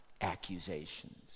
accusations